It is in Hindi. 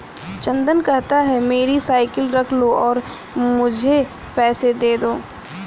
चंदन कहता है, मेरी साइकिल रख लो और मुझे पैसे दे दो